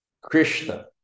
Krishna